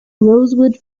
rosewood